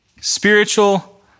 Spiritual